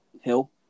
Hill